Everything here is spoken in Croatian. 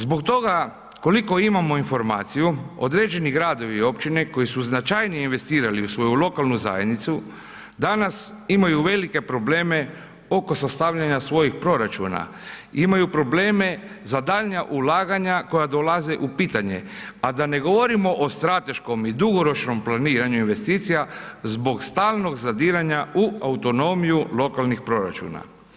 Zbog toga, koliko imamo informaciju, određeni gradovi i općine koji su značajnije investirali u svoju lokalnu zajednicu, danas imaju velike probleme oko sastavljanja svojih proračuna, imaju probleme za daljnja ulaganja koja dolaze u pitanje, a da ne govorimo o strateškom i dugoročnom planiranju investicija zbog stalnog zadiranja u autonomiju lokalnih proračuna.